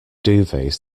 duvets